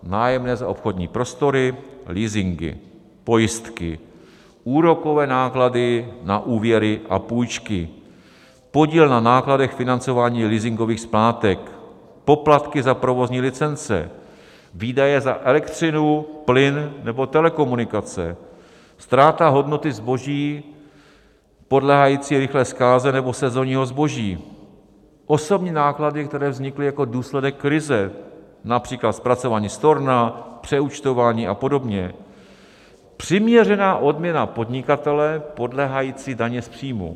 Nájemné za obchodní prostory, leasingy, pojistky, úrokové náklady na úvěry a půjčky, podíl na nákladech financování leasingových splátek, poplatky za provozní licence, výdaje za elektřinu, plyn nebo telekomunikace, ztráta hodnoty zboží podléhající rychlé zkáze nebo sezonního zboží, osobní náklady, které vznikly jako důsledek krize, například zpracování storna, přeúčtování a podobně, přiměřená odměna podnikatele podléhající dani z příjmu.